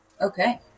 Okay